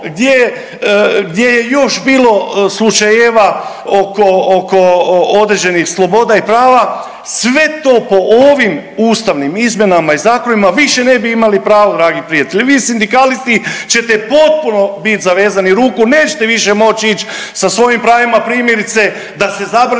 gdje je još bilo slučajeva oko određenih sloboda i prava. Sve to po ovim ustavnim izmjenama i zakonima više ne bi imali pravo dragi prijatelji. Vi sindikalisti ćete potpuno bit zavezanih ruku, nećete više moći ići sa svojim pravima primjerice da se zabrani